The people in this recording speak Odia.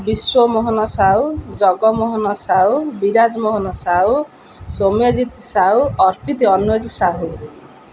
ବିଶ୍ଵମୋହନ ସାହୁ ଜଗମୋହନ ସାହୁ ବିରାଜ ମୋହନ ସାହୁ ସୌମ୍ୟଜିତ ସାହୁ ଅର୍ପିିତ ଅନୁଜ ସାହୁ